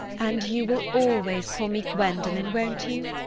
and you will always call me gwendolen, won't you?